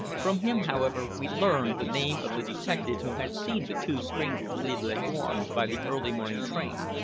from him, however, we learned the name of the detective who had seen the two strangers leave leghorn by the early morning train,